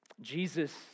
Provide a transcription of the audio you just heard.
Jesus